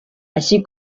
així